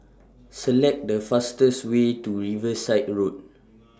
Select The fastest Way to Riverside Road